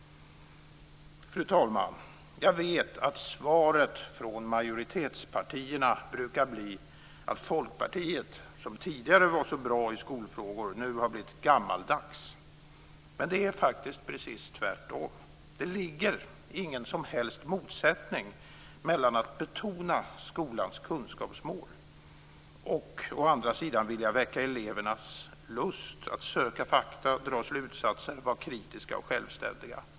Fru talman! Jag vet att svaret från majoritetspartierna brukar bli att Folkpartiet, som tidigare var så bra på skolfrågor, nu har blivit gammaldags. Men det är precis tvärtom. Det ligger ingen som helst motsättning mellan att betona skolans kunskapsmål och att vilja väcka elevernas lust att söka fakta, dra slutsatser, vara kritiska och självständiga.